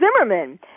Zimmerman